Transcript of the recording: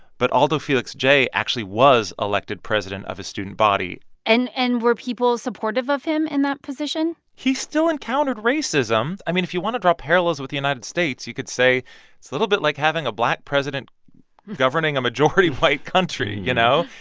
but alldo fellix j. actually was elected president of his student body and and were people supportive of him in that position? he still encountered racism. i mean, if you want to draw parallels with the united states, you could say it's a little bit like having a black president governing a majority-white country, you know.